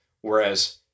Whereas